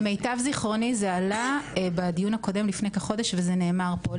למיטב זכרוני זה עלה בדיון הקודם לפני כחודש וזה נאמר פה.